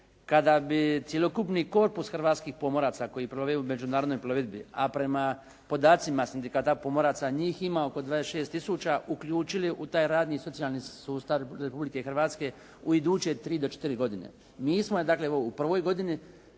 kada bi cjelokupni korpus hrvatskih pomoraca koji plove u međunarodnoj plovidbi, a prema podacima Sindikata pomoraca, njih ima oko 26 tisuća uključili u taj radni i socijalni sustav Republike Hrvatske u iduće 3 do 4 godine. Mi smo dakle u prvoj godini,